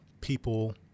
people